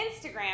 Instagram